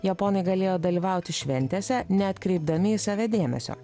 japonai galėjo dalyvauti šventėse neatkreipdami į save dėmesio